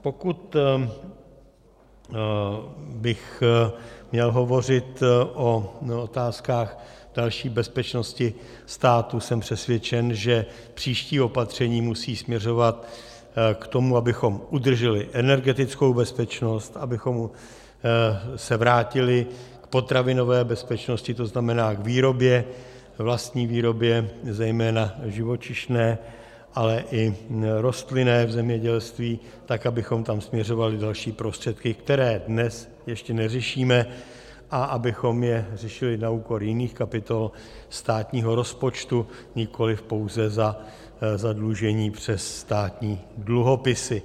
Pokud bych měl hovořit o otázkách další bezpečnosti státu, jsem přesvědčen, že příští opatření musí směřovat k tomu, abychom udrželi energetickou bezpečnost, abychom se vrátili k potravinové bezpečnosti, to znamená k výrobě, vlastní výrobě zejména živočišné, ale i rostlinné, k zemědělství, tak, abychom tam směřovali další prostředky, které dnes ještě neřešíme, a abychom je řešili na úkor jiných kapitol státního rozpočtu, nikoliv pouze za zadlužení přes státní dluhopisy.